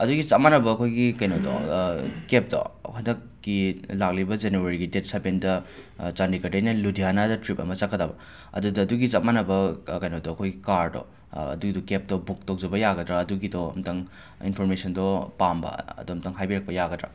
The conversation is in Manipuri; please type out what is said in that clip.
ꯑꯗꯨꯒꯤ ꯆꯞ ꯃꯥꯟꯅꯕ ꯑꯩꯈꯣꯏꯒꯤ ꯀꯩꯅꯣꯗꯣ ꯀꯦꯞꯇꯣ ꯍꯟꯗꯛꯀꯤ ꯂꯥꯛꯂꯤꯕ ꯖꯅꯋꯔꯤꯒꯤ ꯗꯦꯠ ꯁꯕꯦꯟꯗ ꯆꯥꯟꯗꯤꯒꯔꯗꯩꯅ ꯂꯨꯙꯤꯌꯥꯅꯥꯗ ꯇ꯭ꯔꯤꯞ ꯑꯃ ꯆꯠꯀꯗꯕ ꯑꯗꯨꯗ ꯑꯗꯨꯒꯤ ꯆꯞ ꯃꯥꯟꯅꯕ ꯀꯩꯅꯣꯗꯣ ꯑꯩꯈꯣꯏ ꯀꯥꯔꯗꯣ ꯑꯗꯨꯏꯗꯨ ꯀꯦꯞꯇꯣ ꯕꯨꯛ ꯇꯧꯖꯕ ꯌꯥꯒꯗ꯭ꯔꯥ ꯑꯗꯨꯒꯤꯗꯣ ꯑꯃꯨꯛꯇꯪ ꯏꯟꯐꯣꯔꯃꯦꯁꯟꯗꯣ ꯄꯥꯝꯕ ꯑꯗꯣ ꯑꯃꯨꯛꯇꯪ ꯍꯥꯏꯕꯤꯔꯛꯄ ꯌꯥꯒꯗ꯭ꯔꯥ